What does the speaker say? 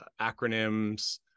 acronyms